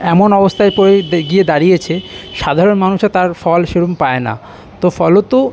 এমন অবস্থায় পড়ে দে গিয়ে দাঁড়িয়েছে সাধারণ মানুষে তার ফল সেরকম পায় না তো ফলতো